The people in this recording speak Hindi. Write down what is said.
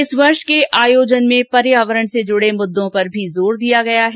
इस वर्ष के आयोजन में पर्यावरण से जुड़े मुद्दों पर भी जोर दिया गया है